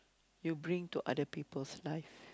you bring to other people's life